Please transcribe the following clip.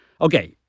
Okay